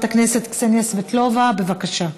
9855, 9861, 9862 ו-9863.